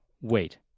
wait